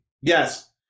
Yes